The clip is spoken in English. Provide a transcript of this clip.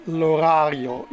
l'orario